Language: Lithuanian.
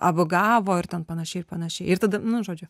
apgavo ir ten panašiai ir panašiai ir tada nu žodžiu